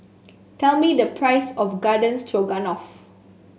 tell me the price of Garden Stroganoff